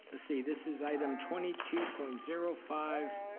let's see, this is item twenty two point zero five